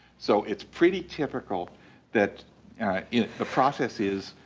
so, it's pretty typical that the process is